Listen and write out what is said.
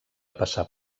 passar